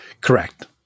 Correct